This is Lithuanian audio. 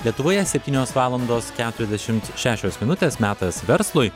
lietuvoje septynios valandos keturiasdešimt šešios minutės metas verslui